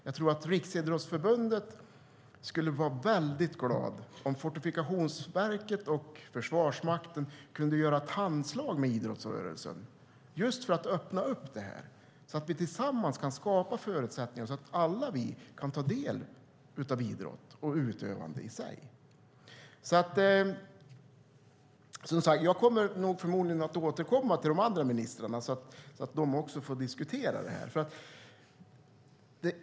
Jag tror att man på Riksidrottsförbundet skulle vara väldigt glad om Fortifikationsverket och Försvarsmakten kunde göra det handslag med idrottsrörelsen för att öppna upp det här så att vi tillsammans kan skapa förutsättningar för att vi alla ska kunna ta del av och utöva idrott. Jag kommer förmodligen att återkomma med min fråga till andra ministrar så att även de får diskutera det här.